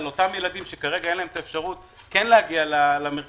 אותם ילדים שכרגע אין להם את האפשרות כן להגיע למרכזים,